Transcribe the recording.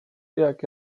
jak